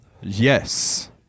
Yes